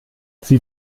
sieh